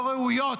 לא ראויות,